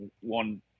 one